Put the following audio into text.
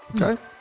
okay